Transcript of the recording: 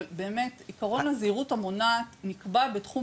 אבל באמת עיקרון הזהירות המונעת נקבע בתחום